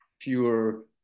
fewer